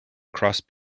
across